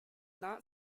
not